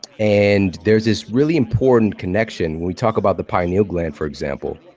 and there's this really important connection when we talk about the pineal gland for example.